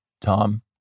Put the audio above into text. Tom